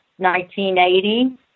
1980